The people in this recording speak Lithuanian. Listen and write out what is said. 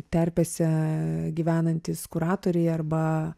terpėse gyvenantys kuratoriai arba